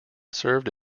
served